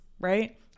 right